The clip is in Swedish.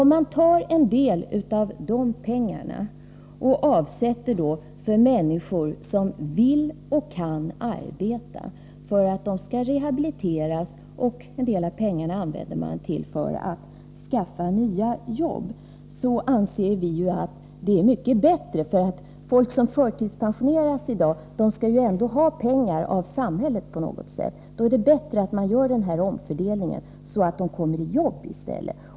Vi anser att det skulle vara mycket bättre om en del av de pengarna avsattes till rehabilitering när det gäller de människor som vill och kan arbeta. En annan del av de pengarna kunde användas till att skaffa fram nya jobb. Folk som förtidspensioneras i dag skall ju ändå på något sätt ha pengar från samhället. Det är, som sagt, bättre med en omfördelning av det slag som jag här nämnt, så att människorna kan få ett jobb.